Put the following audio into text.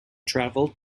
traveled